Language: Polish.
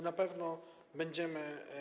Na pewno będziemy.